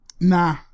Nah